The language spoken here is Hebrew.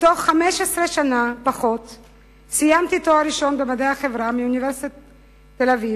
בתוך פחות מ-15 שנה סיימתי תואר ראשון במדעי החברה באוניברסיטת תל-אביב,